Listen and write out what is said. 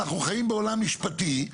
אנחנו חיים בעולם משפטי.